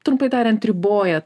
trumpai tariant riboja